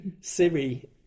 Siri